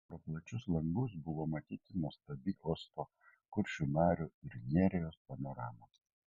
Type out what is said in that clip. pro plačius langus buvo matyti nuostabi uosto kuršių marių ir nerijos panorama